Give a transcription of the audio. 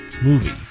movie